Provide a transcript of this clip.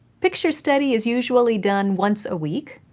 picture study is usually done once a week,